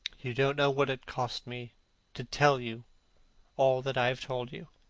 you don't know what it cost me to tell you all that i have told you.